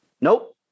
Nope